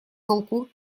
толку